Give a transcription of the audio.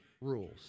rules